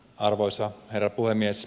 arvoisa herra puhemies